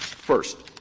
first,